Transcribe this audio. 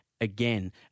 again